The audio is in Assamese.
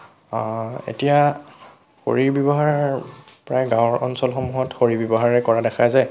এতিয়া খৰিৰ ব্যৱহাৰ প্ৰায় গাঁও অঞ্চলসমূহত খৰিৰ ব্যৱহাৰেই কৰা দেখা যায়